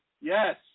Yes